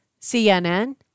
CNN